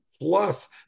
plus